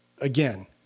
again